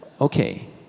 okay